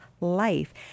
life